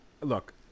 look